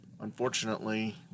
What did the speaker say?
unfortunately